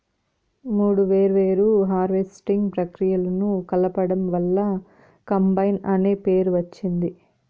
మూడు వేర్వేరు హార్వెస్టింగ్ ప్రక్రియలను కలపడం వల్ల కంబైన్ అనే పేరు వచ్చింది